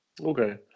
Okay